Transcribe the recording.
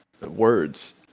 words